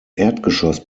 erdgeschoss